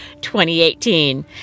2018